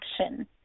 action